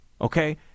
Okay